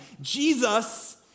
Jesus